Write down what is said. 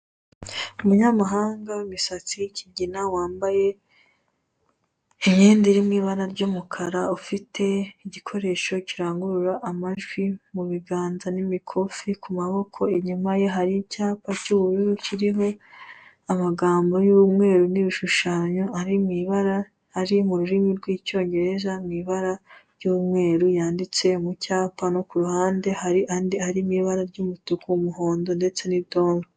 Umunyamahanga w'imisatsi y'ikigina wambaye imyenda irimo ibara ry'umukara ufite igikoresho kirangurura amajwi mu biganza n'imikufi ku maboko, inyuma ye hari icyapa cy'ubururu kiriho amagambo y'umweru n'ibishushanyo ari mu ibara ari mu rurimi rw'icyongereza mu ibara ry'umweru yanditse mu cyapa no ku ruhande hari andi ari n'ibara ry'umutuku umuhondo ndetse n'idoro.